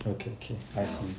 okay okay okay I see